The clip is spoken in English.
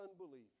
unbelief